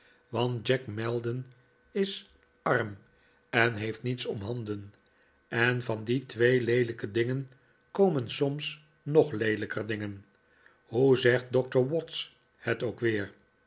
want jack maldon is arm en heeft niets omhanden en van die twee leelijke dingen komen soms nog leelijker dingen hoe zegt doctor watts het ook weer